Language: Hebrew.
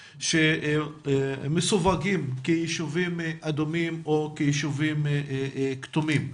שמסווגים כיישובים אדומים או כיישובים כתומים.